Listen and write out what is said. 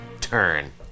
turn